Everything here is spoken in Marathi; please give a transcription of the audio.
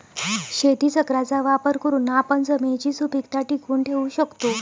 शेतीचक्राचा वापर करून आपण जमिनीची सुपीकता टिकवून ठेवू शकतो